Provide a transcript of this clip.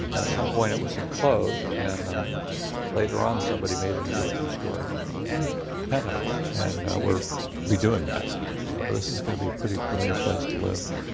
some point it was enclosed and later on, somebody made it into a two story penthouse penthouse and we're redoing that. so this is going to be a pretty premiere place to live.